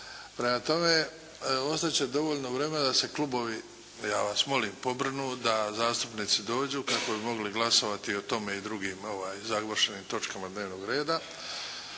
Prema tome, ostat će dovoljno vremena da se klubovi ja vas molim pobrinu da zastupnici dođu kako bi mogli glasovati o tome i drugim završenim točkama dnevnog reda